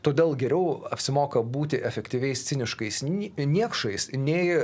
todėl geriau apsimoka būti efektyviais ciniškais ni niekšais nei